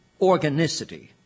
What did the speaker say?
organicity